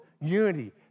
unity